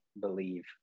Believe